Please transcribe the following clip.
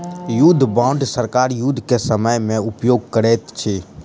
युद्ध बांड सरकार युद्ध के समय में उपयोग करैत अछि